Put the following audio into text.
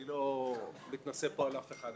אני לא מתנשא פה על אף אחד.